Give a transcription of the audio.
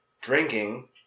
drinking